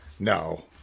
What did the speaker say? No